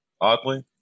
oddly